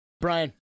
brian